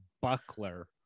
buckler